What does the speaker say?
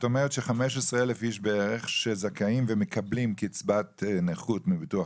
את אומרת ש-15,000 איש בערך שזכאים ומקבלים קצבת נכון מהביטוח